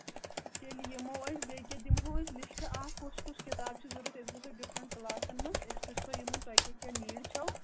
تیٚلہِ یِمو أسۍ بیٚیہِ کیٛاہ دِمہو أسۍ لِسٹ اکھ کُس کُس کِتاب چھِ ضوٚرَتھ أسۍ گژھو ڈِفرنٛٹ کٕلاسَن منٛز أسۍ پِرٛژَھو یِمَن تۄہہِ کیٛاہ کیٛاہ نیٖڈ چھو